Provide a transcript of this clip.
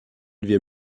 wir